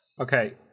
Okay